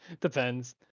Depends